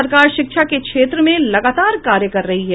सरकार शिक्षा के क्षेत्र में लगातार कार्य कर रही है